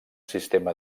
sistema